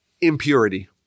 impurity